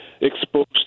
exposed